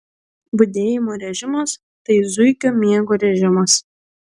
budėjimo režimas tai zuikio miego režimas